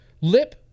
lip